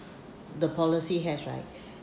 the policy has right